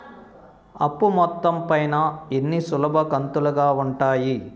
అప్పు మొత్తం పైన ఎన్ని సులభ కంతులుగా ఉంటాయి?